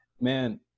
man